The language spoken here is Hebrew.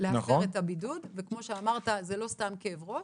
להפר את הבידוד כמו שאמרת זה לא סתם כאב ראש,